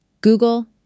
Google